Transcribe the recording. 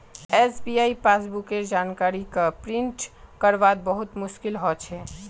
SBI passbook केर जानकारी क प्रिंट करवात बहुत मुस्कील हो छे